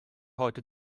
heute